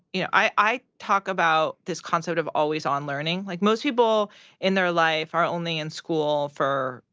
you know, i talk about this concept of always on learning. like, most people in their life are only in school for,